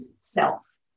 self